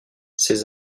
ses